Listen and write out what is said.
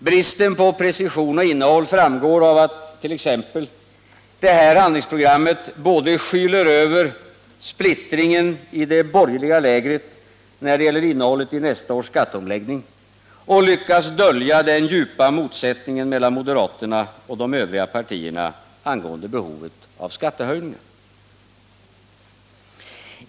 Bristen på precision och innehåll framgår av att detta handlingsprogram både skyler över splittringen i det borgerliga lägret när det gäller innehållet i nästa års skatteomläggning och lyckas dölja den djupa motsättningen mellan moderaterna och de övriga partierna angående behovet av skattehöjningar.